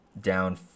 down